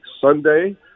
Sunday